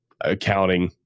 accounting